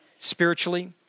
spiritually